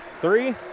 three